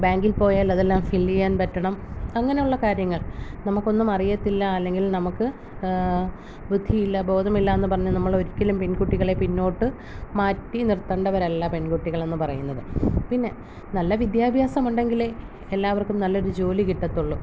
ബാങ്കിൽ പോയാൽ അതെല്ലാം ഫില് ചെയ്യാൻ പറ്റണം അങ്ങനെയുള്ള കാര്യങ്ങൾ നമുക്കൊന്നും അറിയത്തില്ല അല്ലെങ്കിൽ നമുക്ക് ബുദ്ധിയില്ല ബോധമില്ലാന്ന് പറഞ്ഞ് നമ്മളൊരിക്കലും പെൺകുട്ടികളെ പിന്നോട്ട് മാറ്റി നിർത്തേണ്ടവരല്ല പെൺകുട്ടികളെന്ന് പറയുന്നത് പിന്നെ നല്ല വിദ്യാഭ്യാസം ഉണ്ടെങ്കിലെ എല്ലാവർക്കും നല്ലൊരു ജോലി കിട്ടത്തുള്ളു